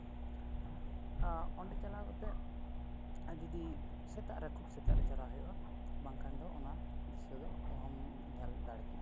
ᱚᱸᱰᱮ ᱪᱟᱞᱟᱣ ᱠᱟᱛᱮᱫ ᱡᱩᱫᱤ ᱥᱮᱛᱟᱜ ᱨᱮ ᱠᱷᱩᱵᱽ ᱥᱮᱛᱟᱜ ᱨᱮ ᱪᱟᱞᱟᱜ ᱦᱩᱭᱩᱜᱼᱟ ᱵᱟᱝᱠᱷᱟᱱ ᱫᱚ ᱚᱱᱟ ᱫᱨᱤᱥᱥᱚ ᱫᱚ ᱚᱦᱚᱢ ᱧᱮᱞ ᱫᱟᱲᱮ ᱠᱮᱭᱟ